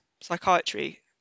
psychiatry